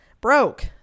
broke